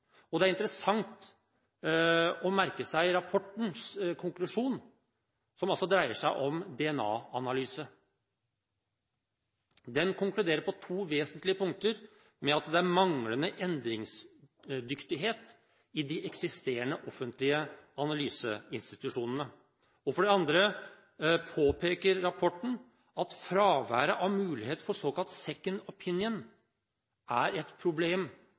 og det er interessant å merke seg rapportens konklusjon som altså dreier seg om DNA-analyse. Den konkluderer på to vesentlige punkter med at det er manglende endringsdyktighet i de eksisterende offentlige analyseinstitusjonene. For det andre påpeker rapporten at fraværet av mulighet for såkalt second opinion er et problem